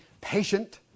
patient